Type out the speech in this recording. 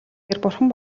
бурхан